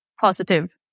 positive